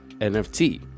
NFT